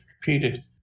repeated